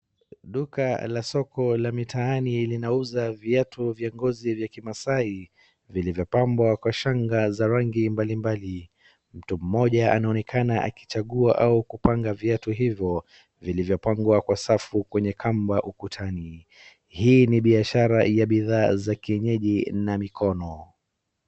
Duka la soko la mitaani linauza viatu vya ngozi vya Kimasai vilivyopambwa kwa shanga za rangi mbalimbali . Mtu mmoja naoanekana akichagua au kupanga viatu hivo vilivyopangwa kwa safu kwenye kamba ukutani. Hii ni biashara ya bidhaa za kienyeji na mikono.